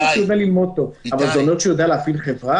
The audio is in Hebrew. אני לא מזלזל אבל זה אומר שהוא יודע להפעיל חברה?